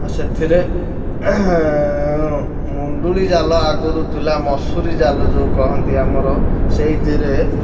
ଆଉ ସେଥିରେ ମୁଣ୍ଡୁଳି ଜାଲ ଆଗରୁ ଥିଲା ମଶୁରି ଜାଲ ଯୋଉ କହନ୍ତି ଆମର ସେଇଥିରେ